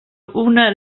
una